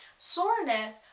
Soreness